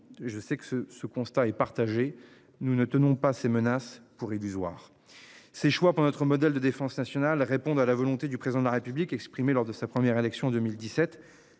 je sais que ce, ce constat est partagé. Nous ne tenons pas ces menaces, pour illusoire. Ces choix pour notre modèle de défense nationale répondent à la volonté du président de la République exprimé lors de sa première élection en 2017